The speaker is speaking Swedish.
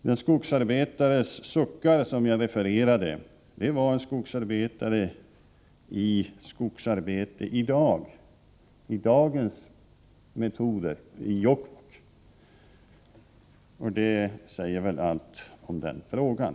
De skogsarbetarsuckar som jag refererade kom från en skogsarbetare av i dag, med dagens metoder i jobbet. Det säger väl allt om den frågan.